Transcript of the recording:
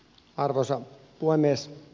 arvoisa puhemies